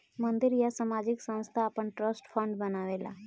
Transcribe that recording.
मंदिर या सामाजिक संस्थान आपन ट्रस्ट फंड बनावेला